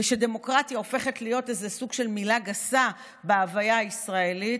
ודמוקרטיה הופכת להיות סוג של מילה גסה בהוויה הישראלית,